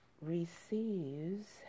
Receives